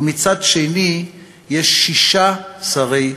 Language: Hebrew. ומצד שני יש שישה שרי חוץ.